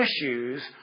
issues